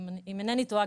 אם אינני טועה,